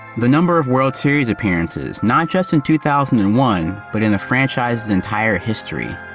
the number of world series appearances, not just in two thousand and one, but in the franchise's entire history.